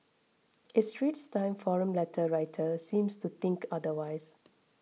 a Straits Times forum letter writer seems to think otherwise